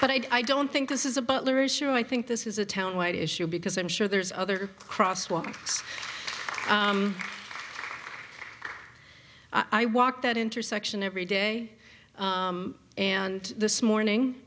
but i don't think this is a butler issue i think this is a town white issue because i'm sure there's other cross walks i walk that intersection every day and this morning